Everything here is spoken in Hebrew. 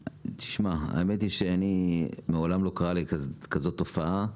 תשמע, האמת היא שאני מעולם לא קרה לי כזאת תופעה,